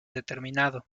determinado